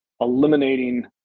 eliminating